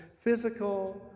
physical